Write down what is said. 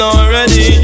already